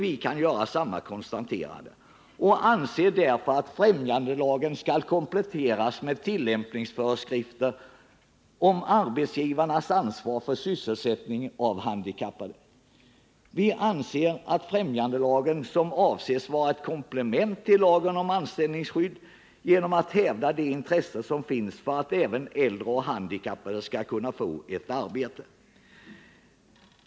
Vi kan göra samma konstaterande och anser därför att främjandelagen skall kompletteras med tillämpningsföreskrifter om arbetsgivarens ansvar för sysselsättning av handikappade. Vi anser att främjandelagen skall vara ett komplement till lagen om anställningsskydd genom att hävda de intressen som finns för att även äldre och handikappade skall kunna få ett arbete.